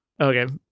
Okay